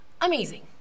amazing